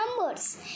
numbers